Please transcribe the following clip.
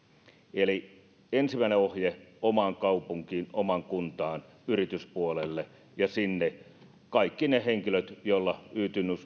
eli ensimmäinen ohje omaan kaupunkiin omaan kuntaan yrityspuolelle kaikki ne henkilöt joilla y